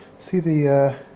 see the er